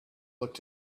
looked